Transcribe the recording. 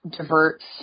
diverts